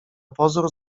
pozór